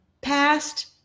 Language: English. past